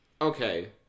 Okay